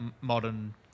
modern